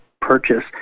purchase